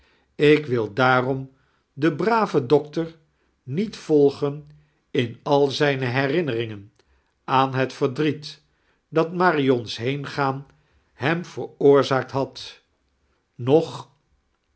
ik wil daarom den braven doctor niet volgen in al zijne herinneringen aan het verdrieti dat marion's heengaan hem ve'rooraaafct had nach